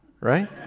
Right